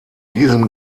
diesem